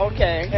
Okay